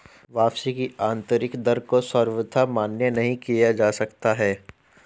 वापसी की आन्तरिक दर को सर्वथा मान्य नहीं किया जा सकता है